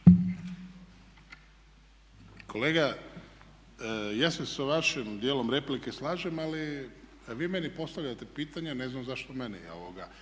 Kolega ja se sa vašim dijelom replike slažem, ali vi meni postavljate pitanje, a ne znam zašto meni?